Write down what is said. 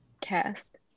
cast